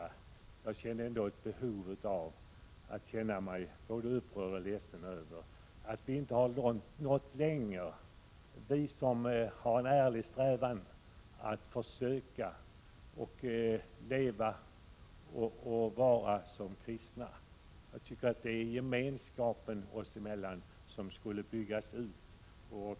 Jag skall inte polemisera, men jag känner mig ändå upprörd och ledsen över att vi inte har nått längre, vi som har en ärlig strävan att försöka leva som kristna. Jag tycker att det är gemenskapen oss emellan som skulle byggas ut.